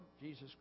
Jesus